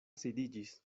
sidiĝis